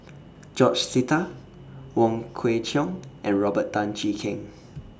George Sita Wong Kwei Cheong and Robert Tan Jee Keng